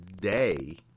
day